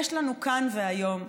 יש לנו כאן והיום,